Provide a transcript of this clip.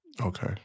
Okay